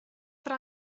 ddod